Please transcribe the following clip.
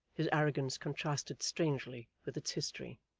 his arrogance contrasted strangely with its history.